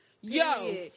Yo